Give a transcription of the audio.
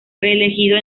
reelegido